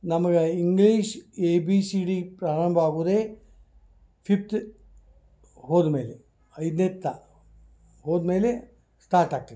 ನಮ್ಗೆ English A B C D ಪ್ರಾರಂಭ ಆಗೋದೆ ಫಿಫ್ತ್ ಹೋದಮೇಲೆ ಐದ್ನೆದು ತಾ ಹೋದಮೇಲೆ ಸ್ಟಾರ್ಟ್ ಆಗ್ತಿತ್ತು